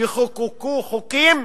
יחוקקו חוקים